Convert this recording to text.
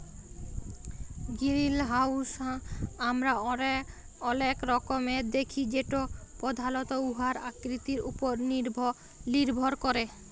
greenhouse আমরা অলেক রকমের দ্যাখি যেট পধালত উয়ার আকৃতির উপর লির্ভর ক্যরে